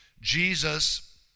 Jesus